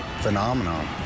phenomenon